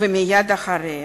ומייד אחריה.